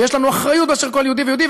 יש לנו אחריות לכל יהודי ויהודי.